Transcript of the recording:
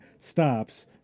stops